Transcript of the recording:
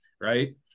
right